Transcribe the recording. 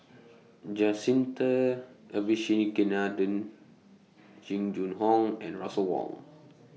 Jacintha Abisheganaden Jing Jun Hong and Russel Wong